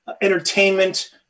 entertainment